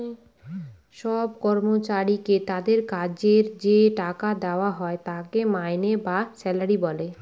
সব কর্মচারীকে তাদের কাজের যে টাকা দেওয়া হয় তাকে মাইনে বা স্যালারি বলে